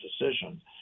decision